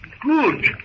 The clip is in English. good